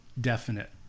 definite